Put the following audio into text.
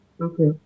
Okay